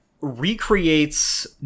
recreates